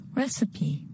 recipe